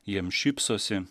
jiems šypsosi